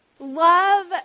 Love